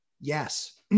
Yes